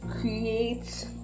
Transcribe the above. create